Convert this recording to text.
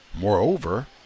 Moreover